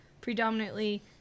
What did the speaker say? predominantly